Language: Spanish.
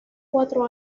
cuatro